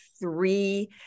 three